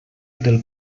del